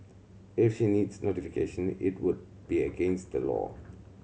if she needs notification it would be against the law